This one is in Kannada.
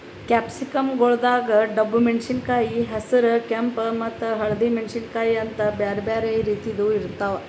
ಕ್ಯಾಪ್ಸಿಕಂ ಗೊಳ್ದಾಗ್ ಡಬ್ಬು ಮೆಣಸಿನಕಾಯಿ, ಹಸಿರ, ಕೆಂಪ ಮತ್ತ ಹಳದಿ ಮೆಣಸಿನಕಾಯಿ ಅಂತ್ ಬ್ಯಾರೆ ಬ್ಯಾರೆ ರೀತಿದ್ ಇರ್ತಾವ್